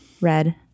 Red